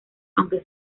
aunque